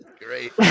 Great